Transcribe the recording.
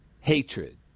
hatred